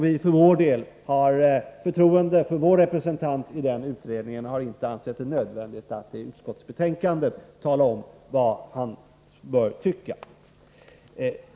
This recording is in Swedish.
Vi för vår del har förtroende för utredningen; vår representant i den utredningen har inte ansett det nödvändigt att i utskottsbetänkandet tala om vad man bör tycka.